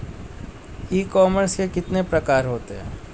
ई commerce के कितने प्रकार होते हैं?